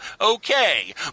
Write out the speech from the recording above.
okay